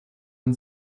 man